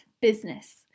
business